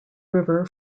river